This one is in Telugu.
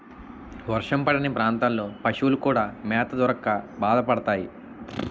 వర్షం పడని ప్రాంతాల్లో పశువులు కూడా మేత దొరక్క బాధపడతాయి